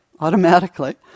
automatically